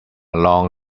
long